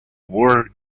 work